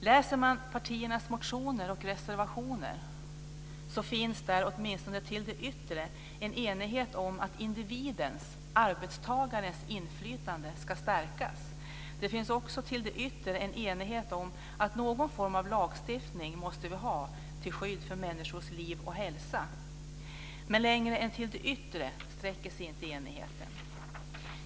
Läser man partiernas motioner och reservationer finns där, åtminstone till det yttre, en enighet om att individens, arbetstagarens, inflytande ska stärkas och det finns också till det yttre en enighet om att det måste finnas någon form av lagstiftning till skydd för människors liv och hälsa. Men längre än till det yttre sträcker sig inte enigheten.